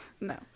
No